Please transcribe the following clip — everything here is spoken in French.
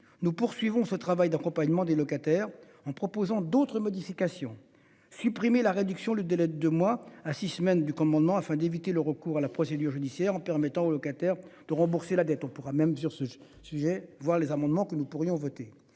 nous poursuivons ce travail d'accompagnement des locataires en proposant d'autres modifications supprimer la réduction du délai de deux mois à 6 semaines du commandement afin d'éviter le recours à la procédure judiciaire en permettant au locataire de rembourser la dette. On pourra même sur ce sujet, voir les amendements que nous pourrions voter